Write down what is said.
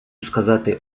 сказати